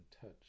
touch